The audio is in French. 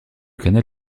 canal